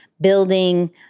building